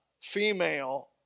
female